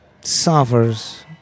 Suffers